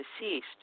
deceased